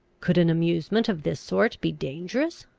could an amusement of this sort be dangerous?